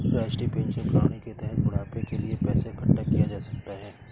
राष्ट्रीय पेंशन प्रणाली के तहत बुढ़ापे के लिए पैसा इकठ्ठा किया जा सकता है